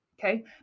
Okay